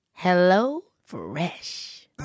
HelloFresh